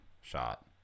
shot